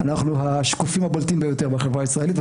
אנחנו השקופים הבולטים ביותר בחברה הישראלית,